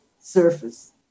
surface